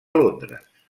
londres